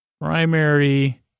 primary